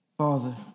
Father